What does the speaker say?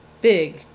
big